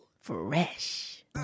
fresh